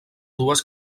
dues